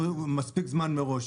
אנחנו עתרנו מספיק זמן מראש.